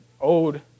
old